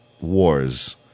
wars